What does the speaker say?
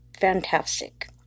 fantastic